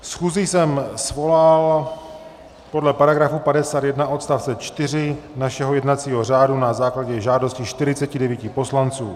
Schůzi jsem svolal podle § 51 odst. 4 našeho jednacího řádu na základě žádosti 49 poslanců.